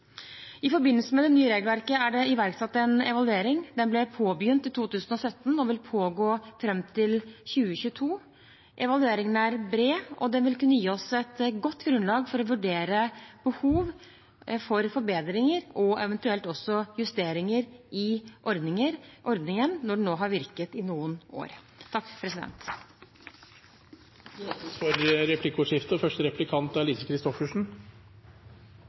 I forbindelse med det nye regelverket er det iverksatt en evaluering. Den ble på begynt i 2017 og vil pågå fram til 2022. Evalueringen er bred, og den vil kunne gi oss et godt grunnlag for å vurdere behov for forbedringer og eventuelt også justeringer i ordningen når den har virket i noen år.